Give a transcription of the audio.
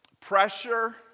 pressure